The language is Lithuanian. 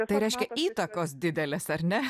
tai reiškia įtakos didelės ar ne